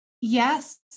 Yes